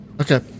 Okay